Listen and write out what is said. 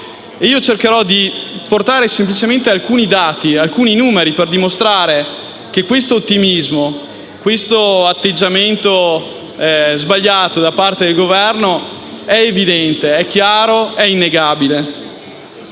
Cercherò di portare semplicemente alcuni dati e alcuni numeri, per dimostrare che questo ottimismo e questo atteggiamento sbagliato da parte del Governo è evidente, è chiaro, è innegabile.